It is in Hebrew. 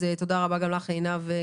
תודה רבה לך עינב.